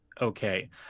Okay